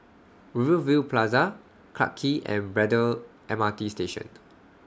Rivervale Plaza Clarke Quay and Braddell M R T Station